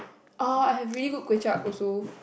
oh I have really good kway-chap also